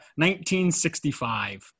1965